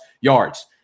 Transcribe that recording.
yards